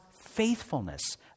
faithfulness